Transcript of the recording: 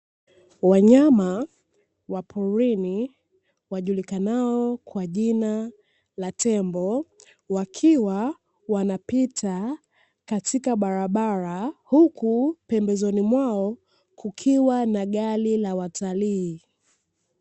Wanyama wa porini wajulikanao kwa jina la tembo, wakiwa wanapita katika barabara huku pembezoni mwao kukiwa na gari la watalii.